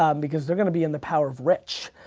um because they're going to be in the power of rich,